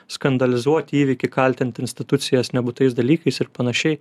skandalizuot įvykį kaltinti institucijas nebūtais dalykais ir panašiai